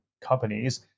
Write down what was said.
companies